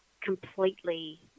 completely